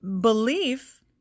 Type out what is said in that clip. Belief